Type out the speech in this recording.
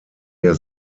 der